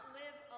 live